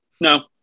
No